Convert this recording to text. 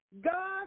God